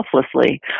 selflessly